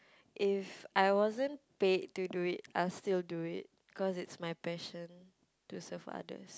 if I wasn't paid to do it I will still do it cause it's my passion to serve others